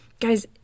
Guys